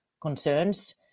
concerns